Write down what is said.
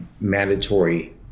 mandatory